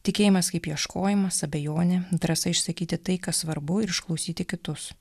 tikėjimas kaip ieškojimas abejonė drąsa išsakyti tai kas svarbu ir išklausyti kitus